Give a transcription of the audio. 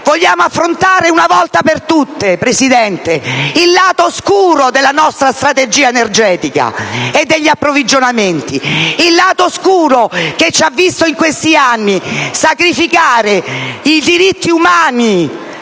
Vogliamo affrontare una volta per tutte, Presidente, il lato oscuro della nostra strategia energetica e degli approvvigionamenti, il lato oscuro che ci ha visto in questi anni sacrificare i diritti umani